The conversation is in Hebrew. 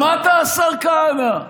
שמעת, השר כהנא?